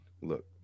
Look